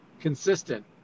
consistent